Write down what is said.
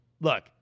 Look